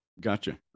Gotcha